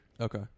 Okay